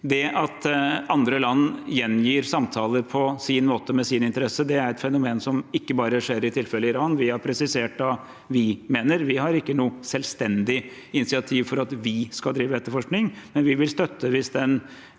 Det at andre land gjengir samtaler på sin måte med sine interesser, er et fenomen som ikke bare skjer i tilfellet Iran. Vi har presisert hva vi mener. Vi har ikke noe selvstendig initiativ for at vi skal drive etterforskning, men vi har sagt at hvis Den